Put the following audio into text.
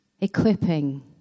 equipping